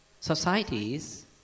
societies